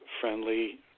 friendly